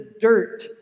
dirt